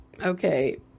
okay